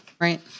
Right